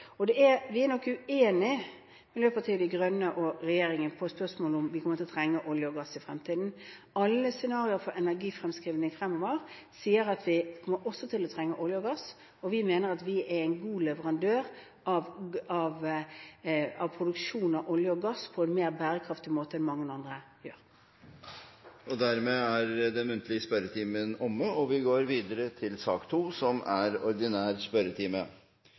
Vi er nok uenige, Miljøpartiet De Grønne og regjeringen, i spørsmålet om hvorvidt vi kommer til å trenge olje og gass i fremtiden. Alle scenarioer for energifremskrivninger fremover sier at vi også kommer til å trenge olje og gass, og vi mener at vi er en god leverandør av produksjon av olje og gass på en mer bærekraftig måte enn mange andre. Dermed er den muntlige spørretimen omme. Det blir noen endringer i den oppsatte spørsmålslisten, og presidenten viser i den sammenheng til den elektroniske oversikten som er